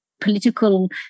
political